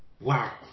Wow